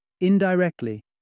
indirectly